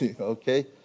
Okay